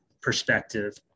perspective